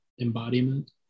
embodiment